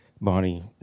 Bonnie